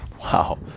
Wow